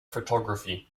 photography